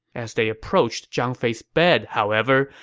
as they approached zhang fei's bed, however,